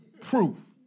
proof